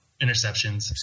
interceptions